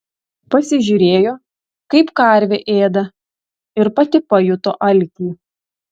pasižiūrėjo kaip karvė ėda ir pati pajuto alkį